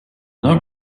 not